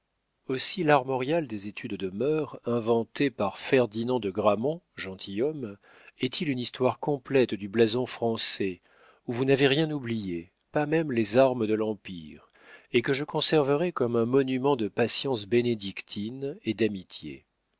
aussi l'armorial des études de mœurs inventé par ferdinand de gramont gentilhomme est-il une histoire complète du blason français où vous n'avez rien oublié pas même les armes de l'empire et que je conserverai comme un monument de patience bénédictine et d'amitié